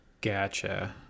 Gotcha